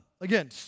again